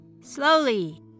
slowly